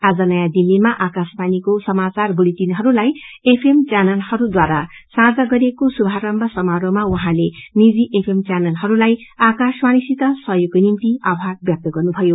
आज नयाँ दिल्लीमा आकाशवाणीको समाचार बुलेटिनहरूलाई एफएम चैनलहरूद्वारा साझा गरिएको शुभारम्भ समारोहमा उहाँले निजी एफएम चैनलहरूलाई आकाशवाणीसित सहयोगको निम्ति आभार व्यक्त गर्नुभयो